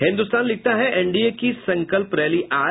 हिन्दुस्तान लिखता है एनडीए की संकल्प रैली आज